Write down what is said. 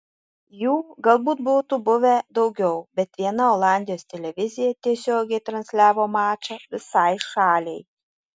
jų galbūt būtų buvę daugiau bet viena olandijos televizija tiesiogiai transliavo mačą visai šaliai